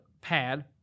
pad